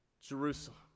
Jerusalem